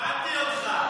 הבנתי אותך.